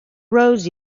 roads